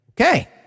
Okay